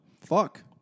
Fuck